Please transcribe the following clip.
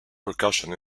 percussion